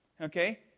Okay